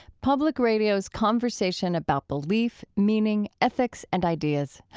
public radio's conversation about belief, meaning, ethics and ideas.